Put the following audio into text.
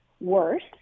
worse